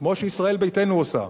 כמו שישראל ביתנו עושה,